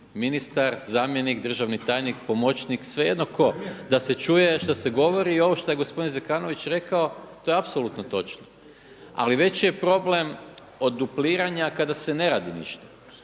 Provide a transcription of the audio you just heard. ministar, zamjenik, državni tajnik, pomoćnik, svejedno tko da se čuje šta se govori. I ovo što je gospodin Zekanović rekao to je apsolutno točno. Ali veći je problem od dupliranja kada se ne radi ništa.